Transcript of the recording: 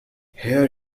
here